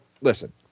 listen –